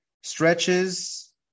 stretches